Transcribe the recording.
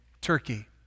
Turkey